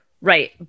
Right